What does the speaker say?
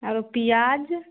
आओरो पिआज